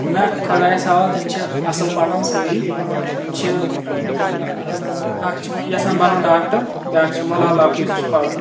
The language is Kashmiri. نَہ خۄدایَس حَوالہ تِم چھِ اَصٕل پَران سٲری ماشا اَللہ تِم چھِ اَکھ چھُ یِژھان بَنُن ڈاکٹَر بِیٛاکھ چھِ فِلہال لَۄکٹٕے سُہ چھِ پَران